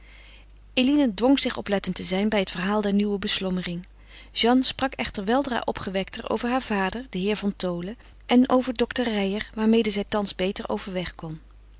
eline dwong zich oplettend te zijn bij het verhaal der nieuwe beslommering jeanne sprak echter weldra opgewekter over haar vader den heer van tholen en over dokter reijer waarmede zij thans beter overweg kon